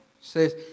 says